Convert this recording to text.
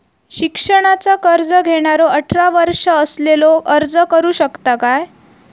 शिक्षणाचा कर्ज घेणारो अठरा वर्ष असलेलो अर्ज करू शकता काय?